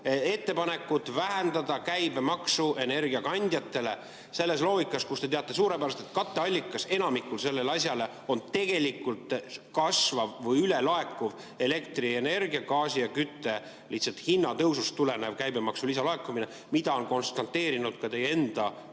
ettepanekut vähendada käibemaksu energiakandjatele, selles loogikas, mida te teate suurepäraselt, et katteallikas enamikule sellele on kasvav või ülelaekuv elektrienergia, gaasi ja kütte hinna tõusust tulenev käibemaksu lisalaekumine? Seda on konstateerinud ka teie enda